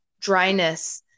dryness